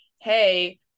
hey